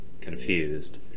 confused